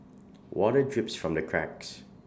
water drips from the cracks